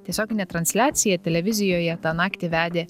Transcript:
tiesioginę transliaciją televizijoje tą naktį vedė